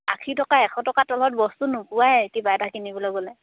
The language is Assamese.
আশী টকা এশ টকা তলত বস্তু নোপোৱাই কিবা এটা কিনিবলৈ গ'লে